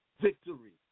victory